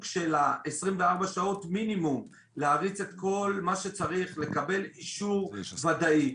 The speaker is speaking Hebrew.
של 24 שעות מינימום להריץ את כל מה שצריך לקבל אישור ודאי.